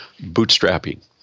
bootstrapping